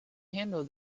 handle